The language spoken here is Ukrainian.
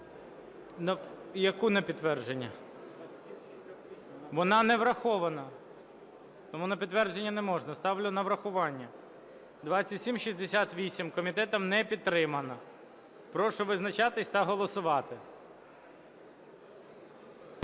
Яку на підтвердження? Вона не врахована, тому на підтвердження не можна. Ставлю на врахування 2768, комітетом не підтримана. Прошу визначатись та голосувати.